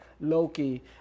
Loki